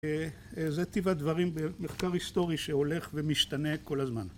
זה טיב דברים במחקר היסטורי שהולך ומשתנה כל הזמן